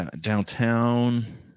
Downtown